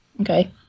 Okay